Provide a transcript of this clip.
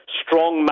strong